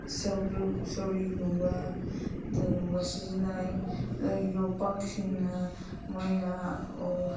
ꯁꯣꯔꯤꯒꯨꯝꯕ ꯑꯗꯨꯒꯨꯝꯕ ꯁꯤꯖꯤꯟꯅꯩ ꯑꯗꯒꯤ ꯌꯣꯠꯄꯥꯛꯁꯤꯅ ꯃꯣꯏꯅ